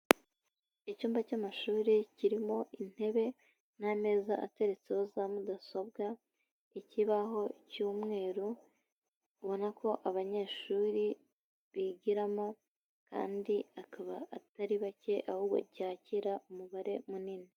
Icyumba cy'amashuri kirimo intebe n'ameza ateretseho za mudasobwa, ikibaho cyu'mweru ubona ko abanyeshuri bigiramo kandi akaba atari bake ahubwo cyakira umubare munini.